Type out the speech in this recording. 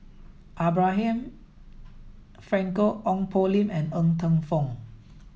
Abraham Frankel Ong Poh Lim and Ng Teng Fong